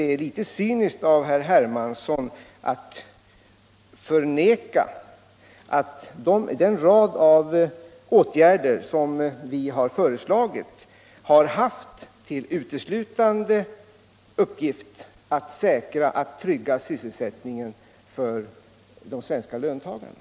Det är litet cyniskt av herr Hermansson att förneka att den rad av åtgärder som vi har föreslagit har häft till uteslutande uppgift att trygga sysselsättningen för de svenska löntagarna.